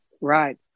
Right